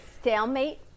stalemate